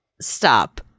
stop